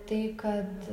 tai kad